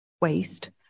waste